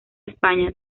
españa